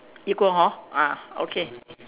equal hor ah okay